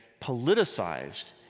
politicized